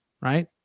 right